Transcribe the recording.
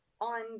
on